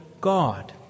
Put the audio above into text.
God